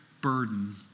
burden